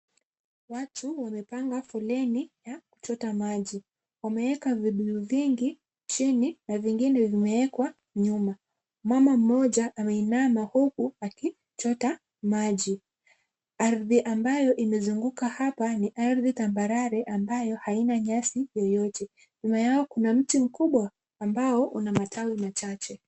Watu wamepanga foleni ya kuchota maji, wameweka vibuyu vingi chini na vingine vimewekwa nyuma. Mama mmoja ameinama huku akichota maji. Ardhi ambayo imezunguka hapa ni ardhi tambarare ambayo haina nyasi yoyote. Nyuma yao kuna mti mkubwa ambao una matawi machache.